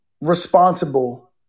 responsible